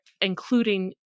including